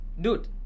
dude